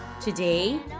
Today